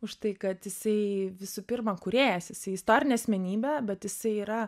už tai kad jisai visų pirma kūrėjas jisai istorinė asmenybė bet jisai yra